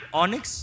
onyx